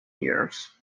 years